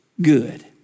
good